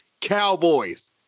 Cowboys